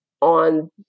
on